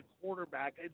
quarterback